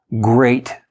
great